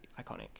iconic